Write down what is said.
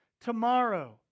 tomorrow